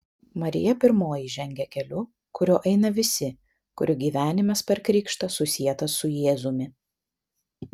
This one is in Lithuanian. marija pirmoji žengia keliu kuriuo eina visi kurių gyvenimas per krikštą susietas su jėzumi